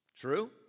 True